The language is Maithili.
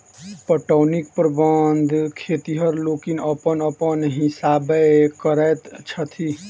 पटौनीक प्रबंध खेतिहर लोकनि अपन अपन हिसाबेँ करैत छथि